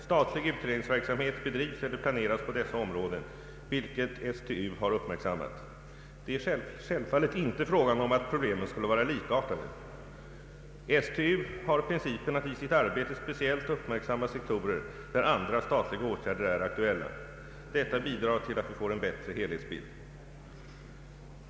Statlig utredningsverksamhet bedrivs eller planeras på dessa områden, vilket STU har uppmärksammat. Det är självfallet inte frågan om att problemen skulle vara likartade. STU har principen att i sitt arbete speciellt uppmärksam ma sektorer, där andra statliga åtgärder är aktuella. Detta bidrar till att vi får en bättre helhetsbild. 5.